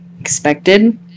expected